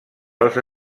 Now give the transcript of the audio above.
als